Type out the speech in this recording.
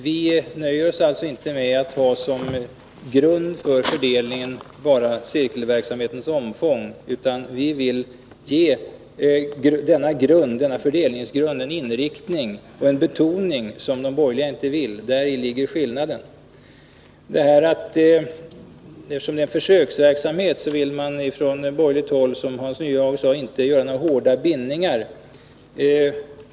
Vi nöjer oss inte med att som grund för fördelningen ta bara cirkelverksamhetens omfång, utan vi vill ge denna fördelningsgrund en inriktning och en betoning som de borgerliga inte vill. Däri ligger skillnaden. Eftersom det är en försöksverksamhet vill man på borgerligt håll, som Hans Nyhage sade, inte göra några hårda bindningar.